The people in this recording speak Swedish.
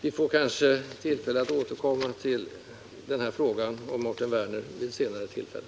Jag får kanske tillfälle att återkomma till den här frågan och till Mårten Werner vid ett senare tillfälle.